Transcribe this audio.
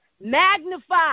Magnify